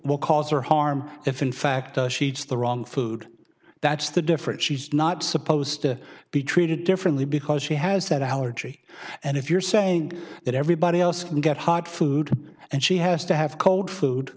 what cause her harm if in fact sheets the wrong food that's the difference she's not supposed to be treated differently because she has that allergy and if you're saying that everybody else can get hard food and she has to have cold food